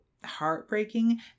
heartbreaking